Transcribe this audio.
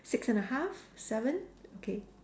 six and a half seven okay